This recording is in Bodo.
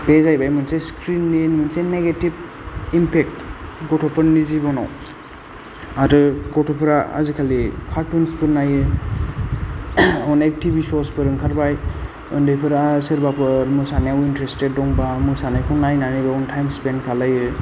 बे जाहैबाय मोनसे स्क्रिननि मोनसे नेगेटिभ इम्पेक्ट गथ'फोरनि जिबनाव आरो गथ'फोरा आजिखालि कार्टुन्सफोर नायो अनेख टि भि श'सफोर ओंखारबाय उन्दैफोरा सोरबाफोर मोसानायाव इनट्रेस्टेट दंबा मोसानायखौ नायनानै बावनो टाईम स्पेन्ड खालायो